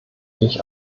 ich